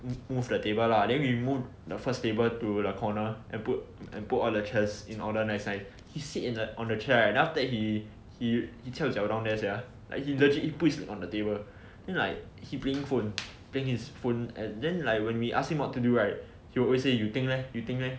we move the table lah then we move the first table to corner and put and put all the chairs in order nice nice he sit in a on a chair right and then after that he he he 翘脚 down there sia like he legit he puts his leg on the table then like he playing phone playing his phone and then like when we ask him what to do right he will always say you think leh you think leh